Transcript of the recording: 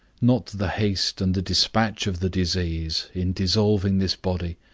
not the haste and the despatch of the disease, in dissolving this body,